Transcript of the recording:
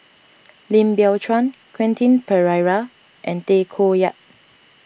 Lim Biow Chuan Quentin Pereira and Tay Koh Yat